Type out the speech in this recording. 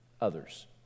others